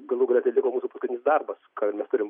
galų gale tai liko mūsų paskutinis darbas ką mes turim